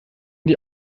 die